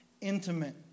intimate